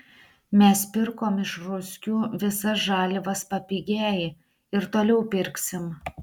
mes pirkom iš ruskių visas žaliavas papigiai ir toliau pirksim